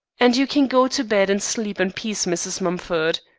and you can go to bed and sleep in peace, mrs. mumford